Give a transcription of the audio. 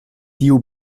tiu